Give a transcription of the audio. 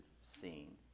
seen